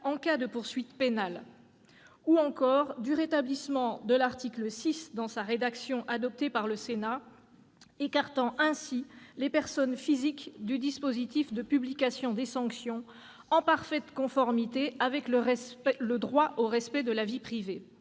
en cas de poursuites pénales, ou encore du rétablissement de l'article 6 dans la rédaction adoptée par le Sénat, qui permet d'écarter les personnes physiques du dispositif de publication des sanctions, en parfaite conformité avec le droit au respect de la vie privée.